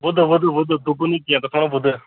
وٕدٕ وٕدٕ وٕدٕ ٹوٗکٕر نہٕ کیٚنٛہہ تَتھ وَنان وٕدٕ